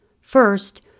First